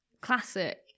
Classic